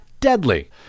deadly